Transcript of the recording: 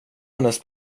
hennes